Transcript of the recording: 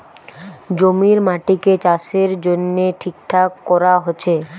জমির মাটিকে চাষের জন্যে ঠিকঠাক কোরা হচ্ছে